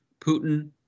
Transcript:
Putin